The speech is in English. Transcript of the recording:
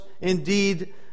indeed